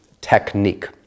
Technique